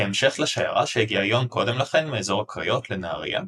כהמשך לשיירה שהגיעה יום קודם לכן מאזור הקריות לנהריה,